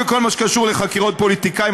בכל מה שקשור לחקירות פוליטיקאים,